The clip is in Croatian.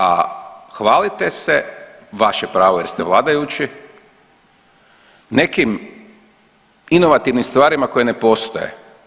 A hvalite se, vaše pravo jer ste vladajući nekim inovativnim stvarima koje ne postoje.